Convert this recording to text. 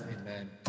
Amen